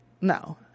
No